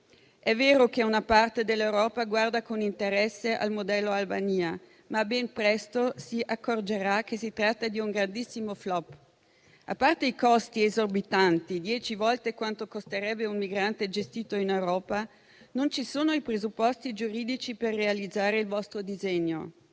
È vero che una parte dell'Europa guarda con interesse al modello Albania, ma ben presto si accorgerà che si tratta di un grandissimo *flop*. A parte i costi esorbitanti (dieci volte quanto costerebbe un migrante gestito in Europa), non ci sono i presupposti giuridici per realizzare il vostro disegno.